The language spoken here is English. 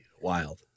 wild